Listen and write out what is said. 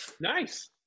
Nice